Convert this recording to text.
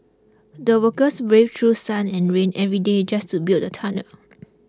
the workers braved through sun and rain every day just to build the tunnel